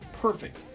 Perfect